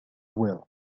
wheel